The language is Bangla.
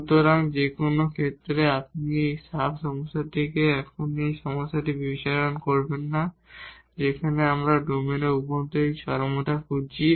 সুতরাং যে কোন ক্ষেত্রে আপনি এই সাব সমস্যাটিতে এখন এই পয়েন্টটি বিবেচনা করবেন না যেখানে আমরা ডোমেনের অভ্যন্তরে এই চরমতা খুঁজছি